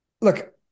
look